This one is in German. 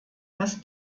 dass